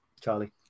Charlie